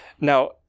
Now